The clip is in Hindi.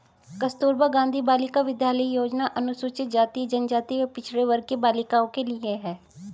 कस्तूरबा गांधी बालिका विद्यालय योजना अनुसूचित जाति, जनजाति व पिछड़े वर्ग की बालिकाओं के लिए है